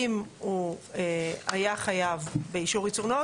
הוא היה חייב באישור ייצור נאות,